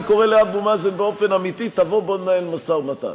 אני קורא לאבו מאזן באופן אמיתי: בוא ננהל משא-ומתן.